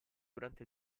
durante